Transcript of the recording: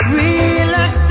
relax